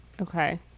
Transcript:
Okay